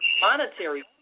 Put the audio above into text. monetary